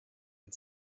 and